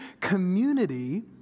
community